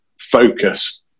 focus